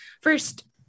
first